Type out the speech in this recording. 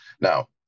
now